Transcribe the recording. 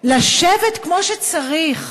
לשבת כמו שצריך,